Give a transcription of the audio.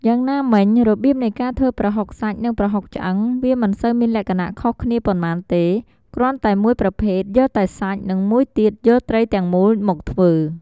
យ៉ាងណាមិញ របៀបនៃការធ្វើប្រហុកសាច់ និងប្រហុកឆ្អឺង វាមិនសូវមានលក្ខណៈខុសគ្នាប៉ុន្មានទេ គ្រាន់តែមួយប្រភេទយកតែសាច់ និងមួយទៀតយកត្រីទាំងមូលមកធ្វើ។